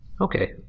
Okay